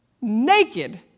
naked